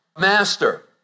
master